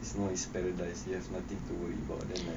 it's now it's paradise you have nothing to worry about them